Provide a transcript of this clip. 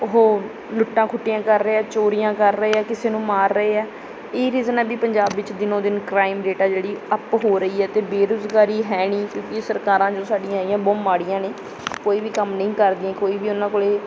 ਉਹ ਲੁੱਟਾਂ ਖੁੱਟੀਆਂ ਕਰ ਰਹੇ ਹੈ ਚੋਰੀਆਂ ਕਰ ਰਹੇ ਹੈ ਕਿਸੇ ਨੂੰ ਮਾਰ ਰਹੇ ਹੈ ਇਹ ਰੀਜ਼ਨ ਹੈ ਵੀ ਪੰਜਾਬ ਵਿੱਚ ਦਿਨੋਂ ਦਿਨ ਕ੍ਰਾਈਮ ਰੇਟ ਆ ਜਿਹੜੀ ਅਪ ਹੋ ਰਹੀ ਹੈ ਅਤੇ ਬੇਰੁਜ਼ਗਾਰੀ ਹੈ ਨਹੀਂ ਕਿਉਂਕਿ ਸਰਕਾਰਾਂ ਜੋ ਸਾਡੀਆਂ ਹੈਗੀਆਂ ਬਹੁਤ ਮਾੜੀਆਂ ਨੇ ਕੋਈ ਵੀ ਕੰਮ ਨਹੀਂ ਕਰਦੀਆਂ ਕੋਈ ਵੀ ਉਹਨਾਂ ਕੋਲ